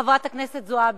חברת הכנסת זועבי,